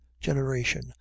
generation